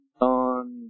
on